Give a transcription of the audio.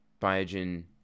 Biogen